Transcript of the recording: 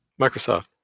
Microsoft